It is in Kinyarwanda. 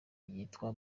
yitwa